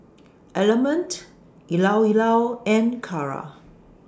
Element Llao Llao and Kara